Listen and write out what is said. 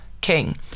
king